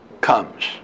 comes